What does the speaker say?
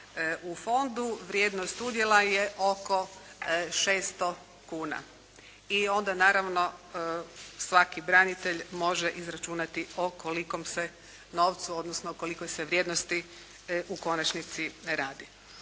u fondu. Vrijednost udjela je oko 600 kuna i onda naravno svaki branitelj može izračunati o kolikom novcu, odnosno o kolikoj se vrijednosti u konačnici radi.